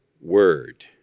word